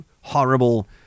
horrible